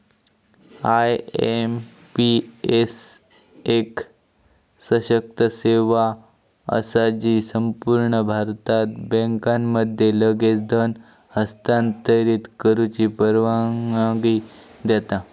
IMPS एक सशक्त सेवा असा जी संपूर्ण भारतात बँकांमध्ये लगेच धन हस्तांतरित करुची परवानगी देता